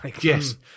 Yes